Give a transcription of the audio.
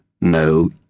No